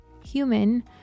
human